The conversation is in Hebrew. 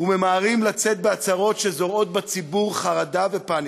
וממהרים לצאת בהצהרות שזורעות בציבור חרדה ופניקה,